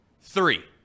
three